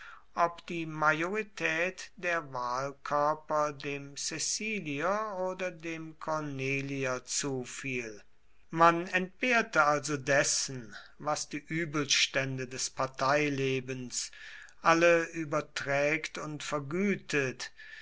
ob die majorität der wahlkörper dem cäcilier oder dem cornelier zufiel man entbehrte also dessen was die übelstände des parteilebens alle überträgt und vergütet